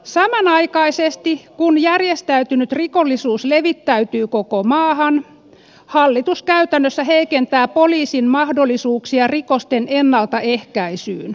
samanaikaisesti kun järjestäytynyt rikollisuus levittäytyy koko maahan hallitus käytännössä heikentää poliisin mahdollisuuksia rikosten ennaltaehkäisyyn